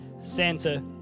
Santa